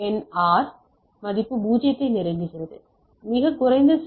R மதிப்பு 0 ஐ நெருங்குகிறது மிகக் குறைந்த சிக்னல்